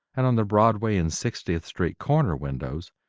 and on the broadway and sixtieth street corner windows,